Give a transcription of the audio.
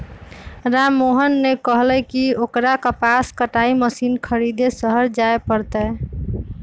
राममोहन ने कहल कई की ओकरा कपास कटाई मशीन खरीदे शहर जाय पड़ तय